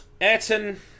Ayrton